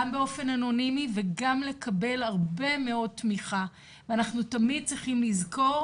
גם באופן אנונימי וגם לקבל הרבה מאוד תמיכה ואנחנו תמיד צריכים לזכור